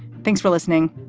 thanks for listening.